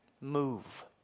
move